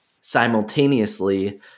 simultaneously